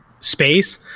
space